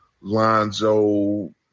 Lonzo